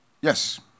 Yes